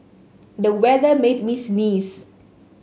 the weather made me sneeze